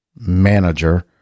manager